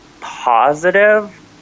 positive